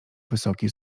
wysoki